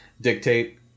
dictate